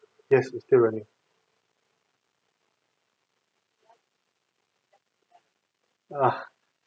yes we still running ah